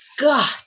God